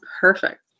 perfect